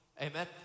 amen